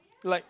like